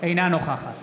אינה נוכחת